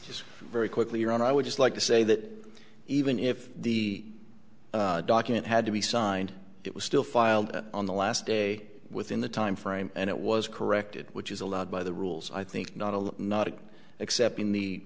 just very quickly your honor i would just like to say that even if the document had to be signed it was still filed on the last day within the time frame and it was corrected which is allowed by the rules i think not only not again except in the